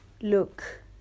Look